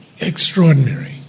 Extraordinary